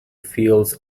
fields